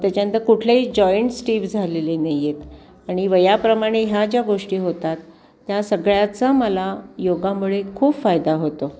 त्याच्यानंतर कुठलेही joint stiff झालेले नाही आहेत आणि वयाप्रमाणे ह्या ज्या गोष्टी होतात त्या सगळ्याचा मला योगामुळे खूप फायदा होतो